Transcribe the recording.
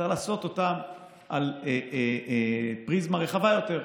צריך לעשות אותו על פריזמה רחבה יותר.